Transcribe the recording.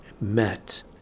met